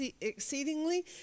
exceedingly